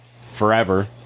Forever